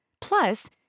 Plus